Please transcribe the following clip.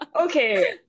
Okay